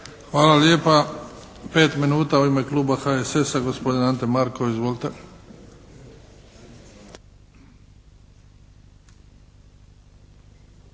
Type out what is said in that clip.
Hvala lijepa. 5 minuta u ime kluba HSS-a, gospodin Ante Markov. Izvolite.